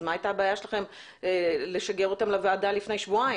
אז מה הייתה הבעיה שלכם לשגר אותן לוועדה לפני שבועיים?